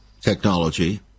technology